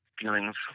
feelings